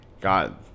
God